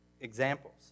examples